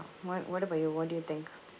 what what about you what do you think